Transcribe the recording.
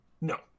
no